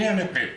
אני הנכה.